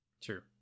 True